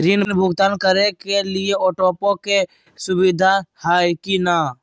ऋण भुगतान करे के लिए ऑटोपे के सुविधा है की न?